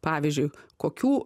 pavyzdžiui kokių